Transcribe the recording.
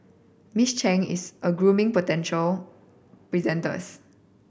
Miss Chang is a grooming potential presenters